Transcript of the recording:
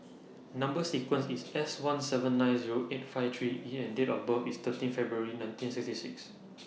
Number sequence IS S one seven nine Zero eight five three E and Date of birth IS thirteen February nineteen sixty six